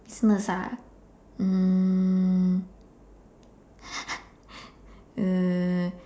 business ah mm err